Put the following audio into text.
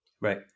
Right